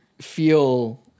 feel